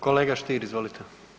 Kolega Stier izvolite.